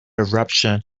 eruption